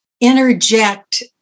interject